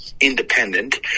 independent